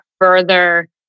further